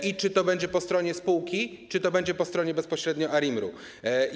I czy to będzie po stronie spółki, czy to będzie po stronie bezpośrednio ARiMR-u?